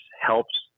helps